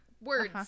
words